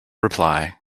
reply